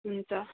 हुन्छ